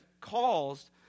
caused